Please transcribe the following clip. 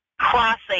crossing